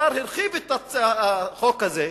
השר הרחיב את החוק הזה,